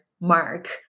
mark